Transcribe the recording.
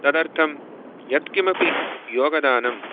तदर्थं यत् किमपि योगदानं